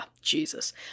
Jesus